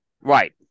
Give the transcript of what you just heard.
Right